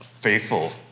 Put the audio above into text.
faithful